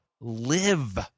live